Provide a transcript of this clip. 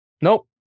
Nope